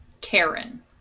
Karen